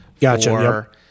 Gotcha